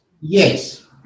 Yes